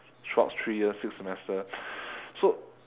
throughout three years six semester so